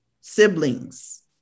Siblings